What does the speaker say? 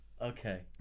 Okay